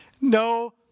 No